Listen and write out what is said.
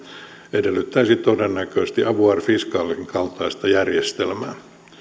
edellyttäisi todennäköisesti avoir fiscalin kaltaista järjestelmää